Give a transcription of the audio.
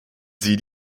sie